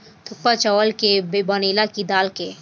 थुक्पा चावल के बनेला की दाल के?